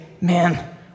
Man